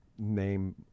name